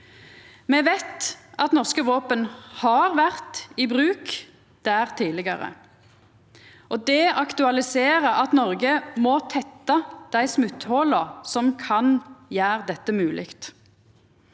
Me veit at norske våpen har vore i bruk der tidlegare, og det aktualiserer at Noreg må tetta dei smotthola som kan gjera dette mogleg.